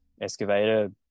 excavator